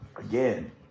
Again